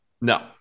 No